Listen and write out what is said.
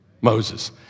Moses